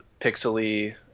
pixely